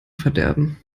verderben